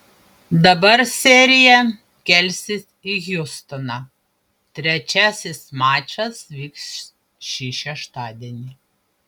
dabar serija kelsis į hjustoną trečiasis mačas vyks šį šeštadienį